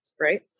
right